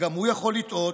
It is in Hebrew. וגם הוא יכול לטעות,